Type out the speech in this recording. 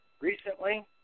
recently